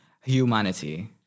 humanity